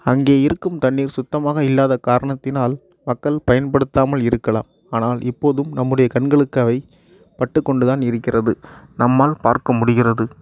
அங்கே இருக்கும் தண்ணீர் சுத்தமாக இல்லாத காரணத்தினால் மக்கள் பயன்படுத்தாமல் இருக்கலாம் ஆனால் இப்போதும் நம்முடைய கண்களுக்கு அவை பட்டுக்கொண்டுதான் இருக்கிறது நம்மால் பார்க்க முடிகிறது